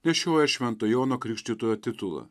nešioja švento jono krikštytojo titulą